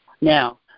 Now